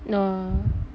no